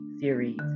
series